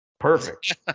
Perfect